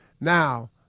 Now